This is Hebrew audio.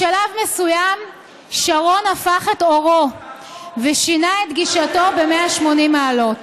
בשלב מסוים שרון הפך את עורו ושינה את גישתו ב-180 מעלות.